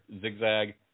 Zigzag